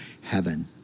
heaven